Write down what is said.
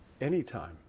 anytime